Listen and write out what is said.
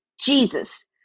Jesus